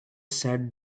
sat